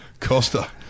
Costa